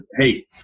Hey